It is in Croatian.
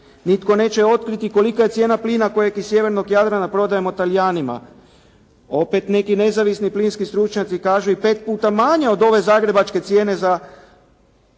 Nitko neće otkriti kolika je cijena plina kojeg iz sjevernog Jadrana prodajemo Talijanima. Opet neki nezavisni plinski stručnjaci kažu i 5 puta manje od ove Zagrebačke cijene za